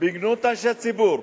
בגנות אנשי ציבור,